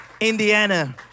Indiana